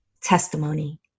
Testimony